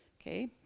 okay